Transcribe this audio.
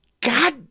God